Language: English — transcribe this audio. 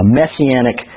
messianic